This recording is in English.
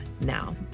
now